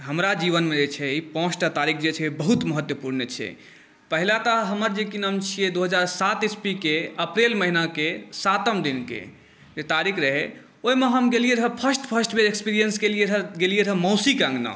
हमरा जीवनमे जे छै पाँच टा तारीख जे छै बहुत महत्वपूर्ण छै पहिल तऽ हमर की नाम छिए दुइ हजार सात इसवीके अप्रैल महिनाके सातम दिनके जे तारीख रहै ओहिमे हम गेलिए रहै फर्स्ट फर्स्ट बेर एक्सपीरिएन्स केलिए रहै गेलिए रहै मौसीके अङ्गना